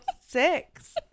six